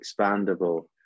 expandable